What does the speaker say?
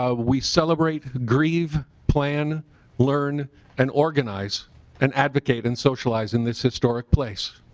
ah we celebrate grieve plan learn and organize and advocate and socialize in this historic place.